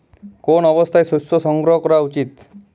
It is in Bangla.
কোন অবস্থায় শস্য সংগ্রহ করা উচিৎ?